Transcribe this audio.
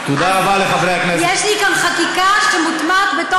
יש לי כאן חקיקה שמוטמעת בתוך החוק,